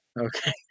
okay